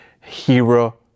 hero